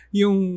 yung